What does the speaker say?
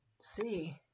See